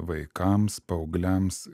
vaikams paaugliams